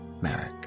Merrick